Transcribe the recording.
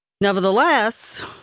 Nevertheless